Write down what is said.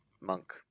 Monk